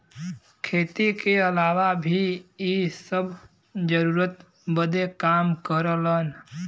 खेती के अलावा भी इ सब जरूरत बदे काम करलन